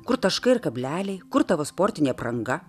kur taškai ir kableliai kur tavo sportinė apranga